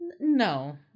No